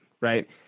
right